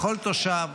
לכל תושב,